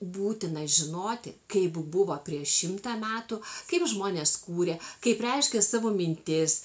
būtina žinoti kaip buvo prieš šimtą metų kaip žmonės kūrė kaip reiškė savo mintis